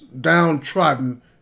downtrodden